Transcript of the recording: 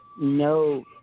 no